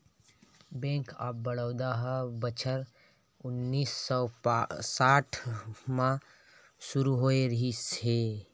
bank of Baroda ह बछर उन्नीस सौ आठ म सुरू होए रिहिस हे